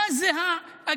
מה זו האגרסיביות,